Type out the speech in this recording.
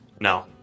No